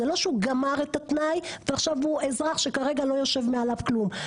זה לא שהוא גמר את התנאי ועכשיו הוא אזרח שכרגע לא יושב מעליו כלום.